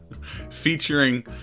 featuring